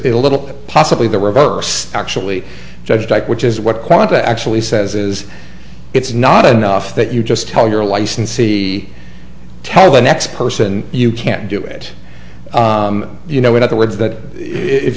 as a little bit possibly the reverse actually judged like which is what quanta actually says is it's not enough that you just tell your licensee tell the next person you can't do it you know in other words that if